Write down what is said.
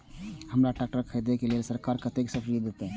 हमरा ट्रैक्टर खरदे के लेल सरकार कतेक सब्सीडी देते?